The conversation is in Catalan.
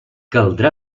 caldrà